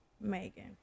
megan